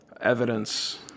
evidence